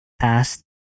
past